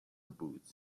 boots